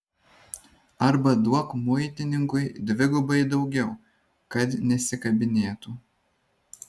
arba duok muitininkui dvigubai daugiau kad nesikabinėtų